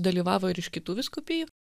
dalyvavo ir iš kitų vyskupijų